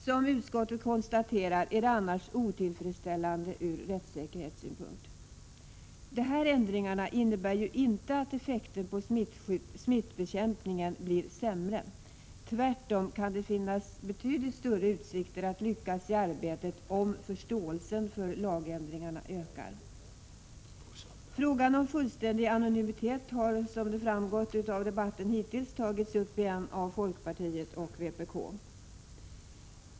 Som utskottet konstaterar är läget utan en sådan ordning otillfredsställande ur rättssäkerhetssynpunkt. De här ändringarna innebär ju inte att effekten beträffande smittbekämpningen blir sämre. Tvärtom kan utsikterna att lyckas i arbetet bli betydligt bättre, om förståelsen för lagändringarna ökar. Frågan om fullständig anonymitet har återigen tagits upp, som framgått av debatten hittills, av folkpartiet och vpk.